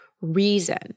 reason